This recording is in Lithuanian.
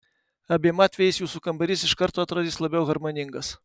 abiem atvejais jūsų kambarys iš karto atrodys labiau harmoningas